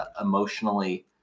emotionally